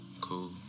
cool